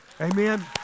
Amen